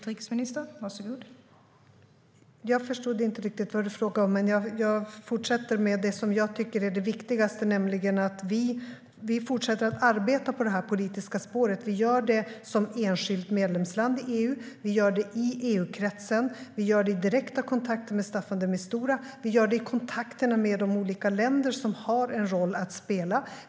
Fru talman! Jag förstod inte riktigt vad Sotiris Delis frågade om. Men jag fortsätter med det som jag tycker är det viktigaste, nämligen att vi fortsätter att arbeta på det här politiska spåret. Vi gör det som enskilt medlemsland i EU. Vi gör det i EU-kretsen. Vi gör det i direkta kontakter med Staffan de Mistura. Vi gör det i kontakterna med de olika länder som har en roll att spela.